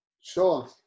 Sure